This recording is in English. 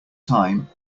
time